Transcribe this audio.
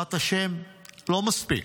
"בעזרת השם" לא מספיק.